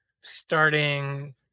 starting